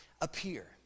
appear